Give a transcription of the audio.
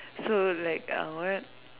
so like uh what